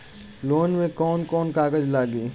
Loan में कौन कौन कागज लागी?